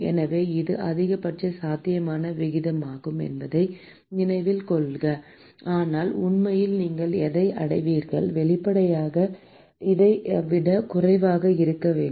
எனவே இது அதிகபட்ச சாத்தியமான விகிதமாகும் என்பதை நினைவில் கொள்ளவும் ஆனால் உண்மையில் நீங்கள் எதை அடைவீர்கள் வெளிப்படையாக இதை விட குறைவாக இருக்க வேண்டும்